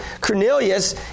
Cornelius